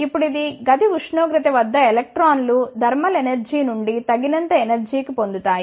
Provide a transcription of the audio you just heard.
ఇప్పుడు గది ఉష్ణోగ్రత వద్ద ఎలక్ట్రాన్లు ధర్మల్ ఎనర్జీ నుండి తగినంత శక్తిని పొందుతాయి